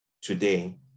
today